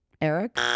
Eric